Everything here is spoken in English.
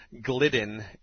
Glidden